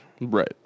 Right